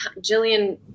Jillian